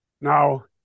Now